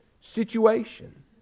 situation